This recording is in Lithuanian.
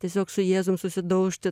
tiesiog su jėzum susidaužti